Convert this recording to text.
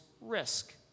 risk